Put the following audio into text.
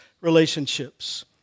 relationships